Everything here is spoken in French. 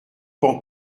pan